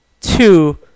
two